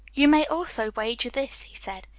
you may also wager this, he said.